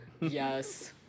Yes